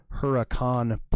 Huracan